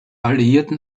alliierten